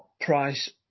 price